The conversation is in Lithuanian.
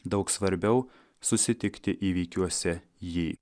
daug svarbiau susitikti įvykiuose jį